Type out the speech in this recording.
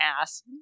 ass